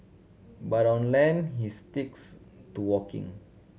but on land he sticks to walking